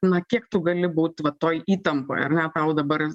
na kiek tu gali būt va toj įtampoj ar ne tau dabar